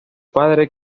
padre